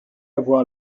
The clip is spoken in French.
avoir